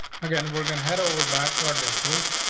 again, we're gonna head over back to our death tools,